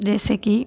जैसे कि